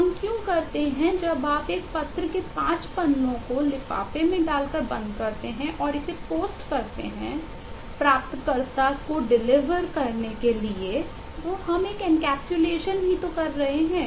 हम क्यों करते हैं जब आप एक पत्र के 5 पन्नों को लिफाफे में डाल कार बंद करते हैं और इसे पोस्ट करते हैं प्राप्तकर्ता को डिलीवरी के लिए हम एक एनकैप्सुलेशन ही कर रहे हैं